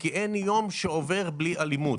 כי אין יום שעובר בלי אלימות.